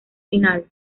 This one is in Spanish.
final